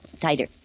Tighter